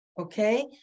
okay